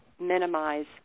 minimize